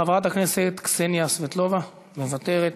חברת הכנסת קסניה סבטלובה, מוותרת,